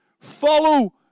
Follow